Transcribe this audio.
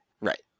Right